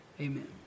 Amen